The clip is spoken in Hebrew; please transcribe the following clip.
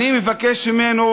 אני מבקש ממנו